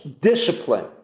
discipline